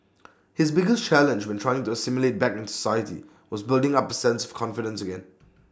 his biggest challenge when trying to assimilate back into society was building up A sense of confidence again